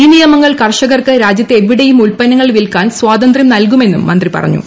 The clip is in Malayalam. ഈ നിയമങ്ങൾ കർഷകർക്ക് രാജ്യത്ത് എവിടെയും ഉൽപ്പന്നങ്ങൾ വിൽക്കാൻ സ്വാതന്ത്ര്യം നൽകുമെന്നും മന്ത്രി പറഞ്ഞു